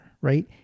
right